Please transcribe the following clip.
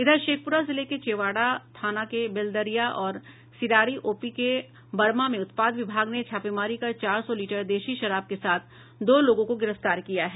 इधर शेखपुरा जिले के चेवाडा थाना के बेल्दरिया और सिरारी ओपी के बरमा में उत्पाद विभाग ने छापेमारी कर चार लीटर देशी शराब के साथ दो लोगों को गिरफ्तार किया है